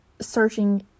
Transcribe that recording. searching